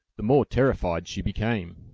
the more terrified she became.